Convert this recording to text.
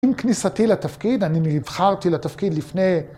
‫עם כניסתי לתפקיד, ‫אני נבחרתי לתפקיד לפני...